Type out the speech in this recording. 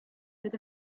with